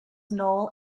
knoll